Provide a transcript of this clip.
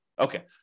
Okay